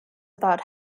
about